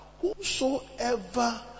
Whosoever